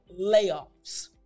layoffs